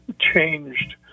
changed